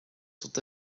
sont